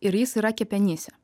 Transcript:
ir jis yra kepenyse